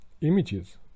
images